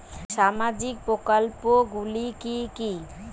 সামাজিক প্রকল্প গুলি কি কি?